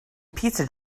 pizza